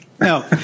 No